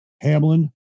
Hamlin